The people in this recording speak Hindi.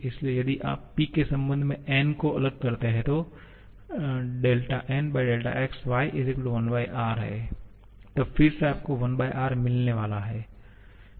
इसलिए यदि आप P के संबंध में N को अलग करते हैं तो Nxy 1R तब फिर से आपको 1R मिलने वाला है